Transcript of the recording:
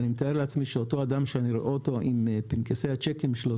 אותו אדם שאני רואה עם פנקסי הצ'קים שלו,